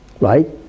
right